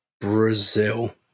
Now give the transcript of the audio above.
Brazil